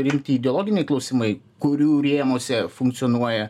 rimti ideologiniai klausimai kurių rėmuose funkcionuoja